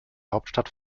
hauptstadt